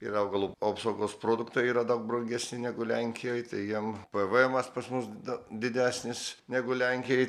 ir augalų apsaugos produktai yra daug brangesni negu lenkijoj tai jiem p v emas pas mus da didesnis negu lenkijoj